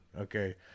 okay